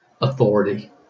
authority